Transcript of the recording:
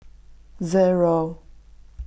zero